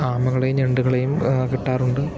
ആമകളെയും ഞണ്ടുകളെയും കിട്ടാറുണ്ട്